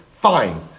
Fine